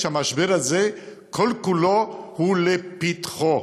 שהמשבר הזה כל כולו הוא לפתחו.